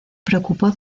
preocupó